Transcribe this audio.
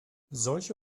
solche